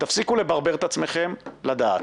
תפסיקו לברבר את עצמכם לדעת.